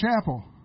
chapel